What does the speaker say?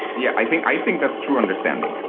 yeah, i think i think that's true understanding.